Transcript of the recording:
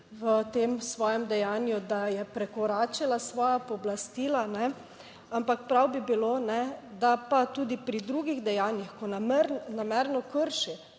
v tem svojem dejanju, da je prekoračila svoja pooblastila, ampak prav bi bilo, da pa tudi pri drugih dejanjih, ko namerno krši